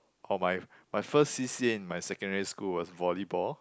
oh my my first c_c_a in my secondary school was volleyball